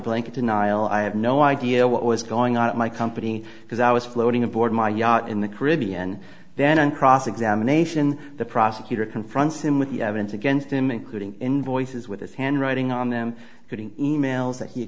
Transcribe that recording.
blanket denial i had no idea what was going on at my company because i was floating aboard my yacht in the caribbean then on cross examination the prosecutor confronts him with the evidence against him including invoices with his handwriting on them getting e mails that he